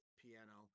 piano